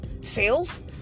sales